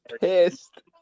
pissed